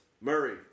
Murray